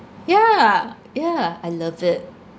yeah yeah I love it